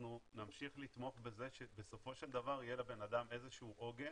אנחנו נמשיך לתמוך בזה שבסופו של דבר יהיה לאדם איזה שהוא עוגן.